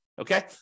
okay